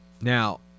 Now